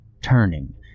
turning